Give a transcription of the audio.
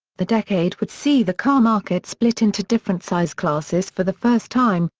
the decade would see the car market split into different size classes for the first time,